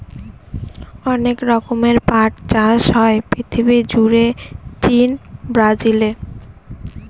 অনেক রকমের পাট চাষ হয় পৃথিবী জুড়ে চীন, ব্রাজিলে